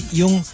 yung